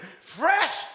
fresh